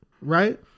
right